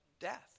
death